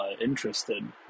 interested